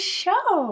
show